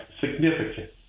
significant